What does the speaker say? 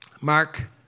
Mark